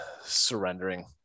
surrendering